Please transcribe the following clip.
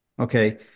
okay